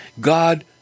God